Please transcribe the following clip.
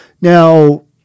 Now